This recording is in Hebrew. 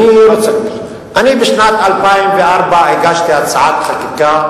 אני הגשתי בשנת 2004 הצעת חקיקה